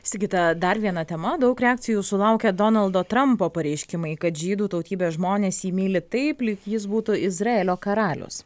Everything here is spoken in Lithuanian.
sigita dar viena tema daug reakcijų sulaukė donaldo trampo pareiškimai kad žydų tautybės žmonės jį myli taip lyg jis būtų izraelio karalius